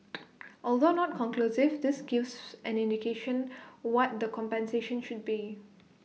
although not conclusive this gives an indication what the compensation should be